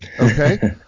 Okay